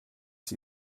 sie